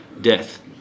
death